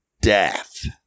death